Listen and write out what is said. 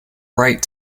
right